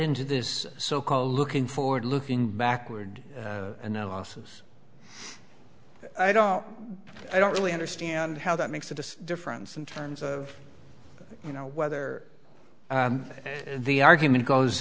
into this so called looking forward looking backward analysis i don't i don't really understand how that makes the difference in terms of you know whether the argument goes